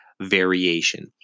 variation